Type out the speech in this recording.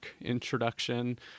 introduction